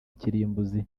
kirimbuzi